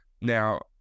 Now